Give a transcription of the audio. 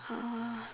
err